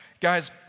Guys